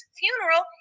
funeral